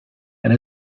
and